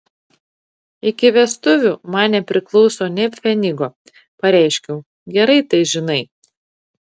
iki vestuvių man nepriklauso nė pfenigo pareiškiau gerai tai žinai